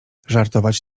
żartować